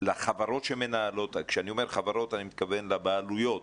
לחברות שמנהלות כשאני אומר חברות אני מתכוון לבעלויות,